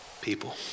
people